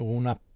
una